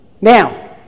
Now